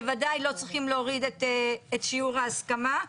בוודאי לא צריכים להוריד את שיעור ההסכמה.